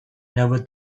never